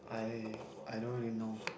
I I don't really know